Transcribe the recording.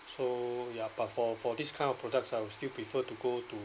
so ya but for for this kind of products I will still prefer to go to